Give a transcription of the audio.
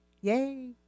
yay